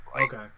Okay